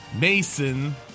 Mason